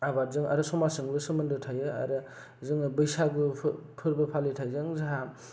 आबादजों आरो समाजजोंबो सोमोन्दो थायो आरो जोङो बैसागु फोरबो फालिथाइजों जाहा